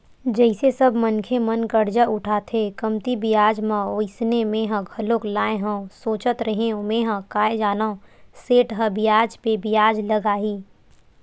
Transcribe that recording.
जइसे सब मनखे मन करजा उठाथे कमती बियाज म वइसने मेंहा घलोक लाय हव सोचत रेहेव मेंहा काय जानव सेठ ह बियाज पे बियाज लगाही